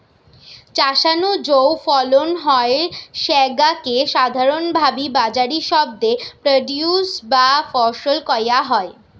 চাষ নু যৌ ফলন হয় স্যাগা কে সাধারণভাবি বাজারি শব্দে প্রোডিউস বা ফসল কয়া হয়